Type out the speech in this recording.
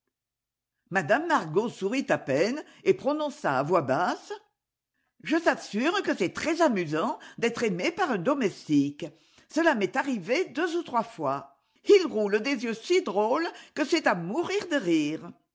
lyjme margot sourit à peine et prononça à voix basse je t'assure que c'est très amusant d'être aimée par un domestique cela m'est arrivé deux ou trois fois ils roulent des yeux si drôles que c'est à mourir de rire